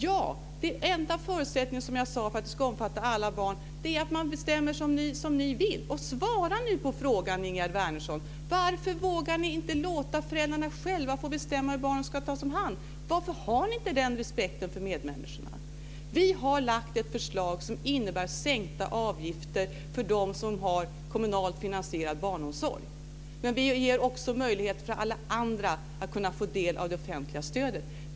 Ja, men den enda förutsättningen - som jag tidigare sagt - för att alla barn ska omfattas är att man bestämmer som ni vill. Svara nu, Ingegerd Wärnersson, på följande frågor: Varför vågar ni inte låta föräldrarna själva bestämma hur barnen ska tas om hand? Varför har ni inte den respekten för medmänniskorna? Vi har lagt fram ett förslag som innebär sänkta avgifter för dem som har kommunalt finansierad barnomsorg men vi ger också alla andra möjlighet att få del av det offentliga stödet.